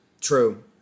True